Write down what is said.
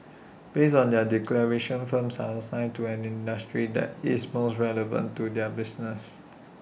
based on their declarations firms are assigned to an industry that is most relevant to their business